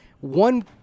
One